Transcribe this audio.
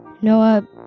Noah